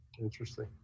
Interesting